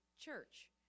church